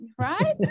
right